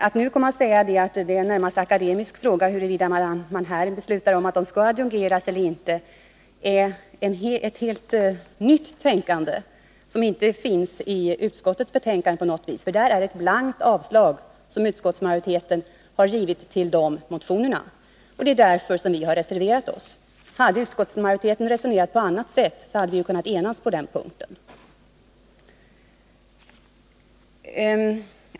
Att det skulle vara närmast en akademisk fråga huruvida vi här i riksdagen beslutar om de skall adjungeras eller inte är ett helt nytt tänkande som inte kommer fram i utskottets betänkande. Där uttalar majoriteten ett blankt avstyrkande av motionerna. Det är anledningen till att vi har reserverat oss. Hade utskottsmajoriteten resonerat på annat sätt hade vi kunnat enas på den punkten.